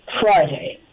Friday